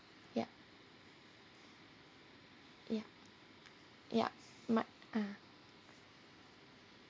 ya ya ya my ah